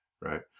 right